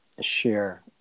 share